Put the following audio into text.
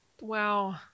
Wow